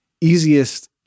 easiest